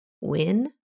Win